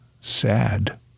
Sad